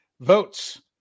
votes